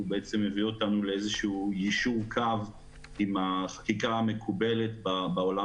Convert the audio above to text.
הוא בעצם מביא אותנו לאיזשהו יישור קו עם החקיקה המקובלת בעולם